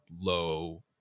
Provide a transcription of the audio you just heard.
low